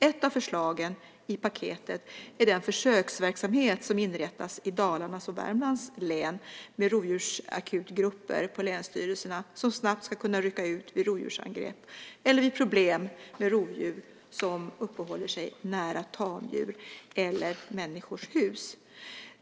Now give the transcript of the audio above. Ett av förslagen i paketet är den försöksverksamhet som inrättas i Dalarnas och Värmlands län med rovdjursakutgrupper på länsstyrelserna som snabbt ska kunna rycka ut vid rovdjursangrepp eller vid problem med rovdjur som uppehåller sig nära tamdjur eller människors hus.